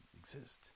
exist